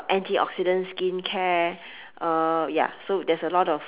antioxidant skincare uh ya so there's a lot of